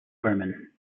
burman